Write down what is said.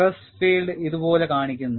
stress field ഇതുപോലെ കാണിക്കുന്നു